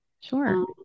Sure